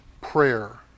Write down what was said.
prayer